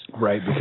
right